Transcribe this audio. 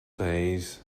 days